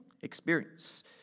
experience